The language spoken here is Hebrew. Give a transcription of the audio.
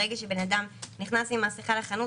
ברגע שבן אדם נכנס עם מסכה לחנות,